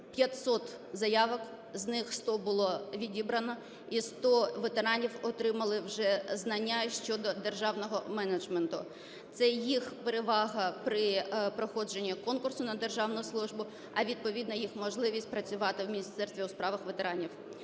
500 заявок, з них 100 було відібрано, і 100 ветеранів отримали вже знання щодо державного менеджменту. Це їх перевага при проходженні конкурсу на державну службу, а відповідно їх можливість працювати в Міністерстві у справах ветеранів.